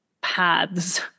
paths